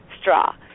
straw